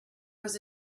was